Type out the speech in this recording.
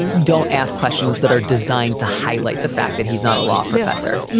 and don't ask questions that are designed to highlight the fact that he's not a law professor.